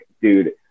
Dude